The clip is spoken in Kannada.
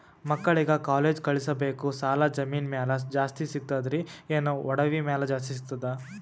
ಮಕ್ಕಳಿಗ ಕಾಲೇಜ್ ಕಳಸಬೇಕು, ಸಾಲ ಜಮೀನ ಮ್ಯಾಲ ಜಾಸ್ತಿ ಸಿಗ್ತದ್ರಿ, ಏನ ಒಡವಿ ಮ್ಯಾಲ ಜಾಸ್ತಿ ಸಿಗತದ?